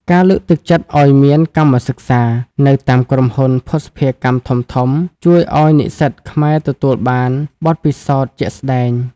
ការលើកទឹកចិត្តឱ្យមាន "កម្មសិក្សា" នៅតាមក្រុមហ៊ុនភស្តុភារកម្មធំៗ ជួយឱ្យនិស្សិតខ្មែរទទួលបានបទពិសោធន៍ជាក់ស្ដែង។